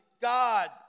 God